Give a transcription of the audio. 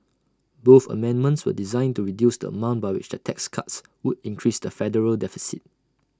both amendments are designed to reduce the amount by which the tax cuts would increase the federal deficit